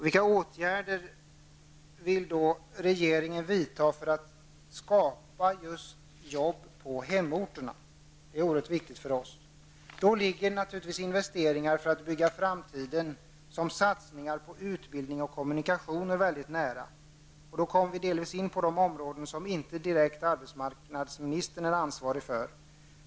Vilka åtgärder vill regeringen vidta för att skapa jobb på hemorterna? Det är oerhört viktigt för oss. Då ligger naturligtvis investeringar för att bygga upp framtiden nära, t.ex. satsningar på utbildning och kommunikationer. Då kommer vi delvis in på områden som arbetsmarknadsministern inte är direkt ansvarig för.